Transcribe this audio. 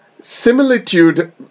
similitude